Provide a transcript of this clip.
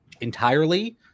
entirely